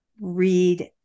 read